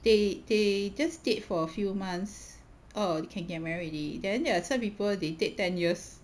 they they just stayed for a few months or you can't get married already then are some people they take ten years